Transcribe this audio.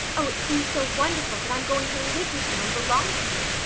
oh, it seems so wonderful that i'm going to live with you and belong to you.